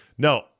No